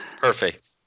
Perfect